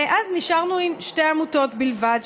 ואז נשארנו עם שתי עמותות בלבד.